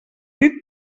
dit